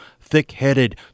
thick-headed